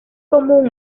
común